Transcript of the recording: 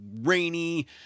rainy